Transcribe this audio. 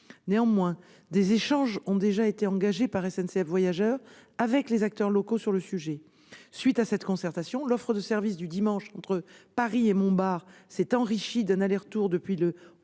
Néanmoins, des échanges ont déjà été engagés par SNCF Voyageurs avec les acteurs locaux sur le sujet. À la suite de cette concertation, l'offre de service du dimanche entre Paris et Montbard s'est enrichie d'un aller-retour depuis le